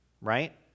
right